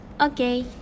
okay